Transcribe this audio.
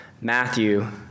Matthew